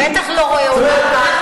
הוא בטח לא רואה אותם ככה.